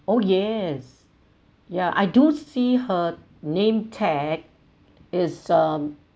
oh yes yeah I do see her name tag is um